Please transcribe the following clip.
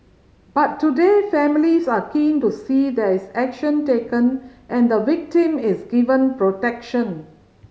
but today families are keen to see there is action taken and the victim is given protection